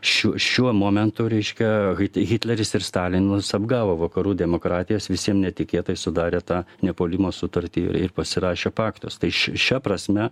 šių šiuo momentu reiškia hitleris ir stalinas apgavo vakarų demokratijas visiem netikėtai sudarė tą nepuolimo sutartį ir pasirašė paktą tai šia šia prasme